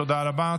תודה רבה.